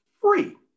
free